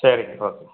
சரிங்க ஓகே